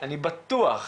אני בטוח,